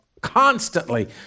constantly